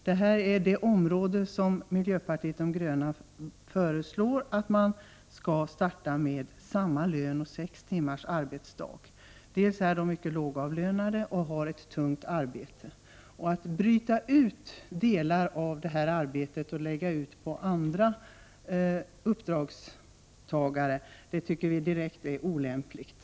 Det är på detta område som miljöpartiet de gröna anser att lika lön och sex timmars arbetsdag skall införas först, dels därför att denna personal är mycket lågavlönad, dels därför att de har ett tungt arbete. Att bryta ut delar av detta arbete och lägga dessa på andra uppdragstagare tycker vi är direkt olämpligt.